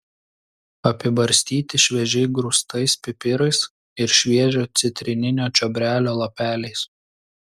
apibarstyti šviežiai grūstais pipirais ir šviežio citrininio čiobrelio lapeliais